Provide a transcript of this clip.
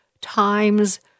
times